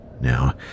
Now